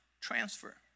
transfer